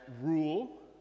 rule